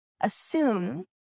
assume